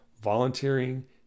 volunteering